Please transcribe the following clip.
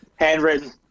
Handwritten